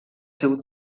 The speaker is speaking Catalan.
seu